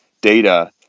data